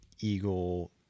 Eagle